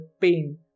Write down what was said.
pain